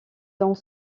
dans